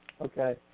Okay